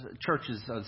churches